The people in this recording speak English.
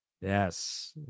Yes